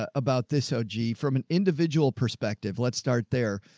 ah about this. oh, gee. from an individual perspective, let's start there.